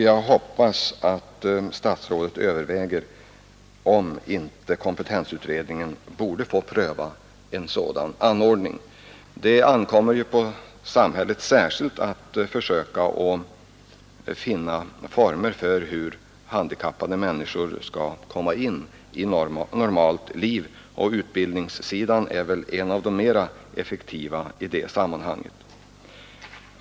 Jag hoppas att statsrådet överväger om inte kompetensutredningen borde få pröva en sådan anordning. Det ankommer ju särskilt på samhället att försöka finna former för hur handikappade människor skall komma in i ett normalt liv. Utbildningen måste räknas till de mera effektiva i det sammanhanget.